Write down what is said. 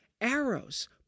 arrows